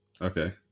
okay